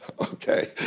Okay